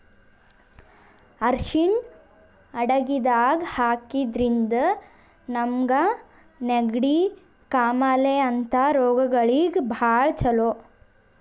ಅರ್ಷಿಣ್ ಅಡಗಿದಾಗ್ ಹಾಕಿದ್ರಿಂದ ನಮ್ಗ್ ನೆಗಡಿ, ಕಾಮಾಲೆ ಅಂಥ ರೋಗಗಳಿಗ್ ಭಾಳ್ ಛಲೋ